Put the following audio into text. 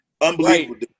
Unbelievable